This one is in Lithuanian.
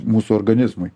mūsų organizmui